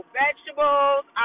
vegetables